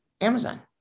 Amazon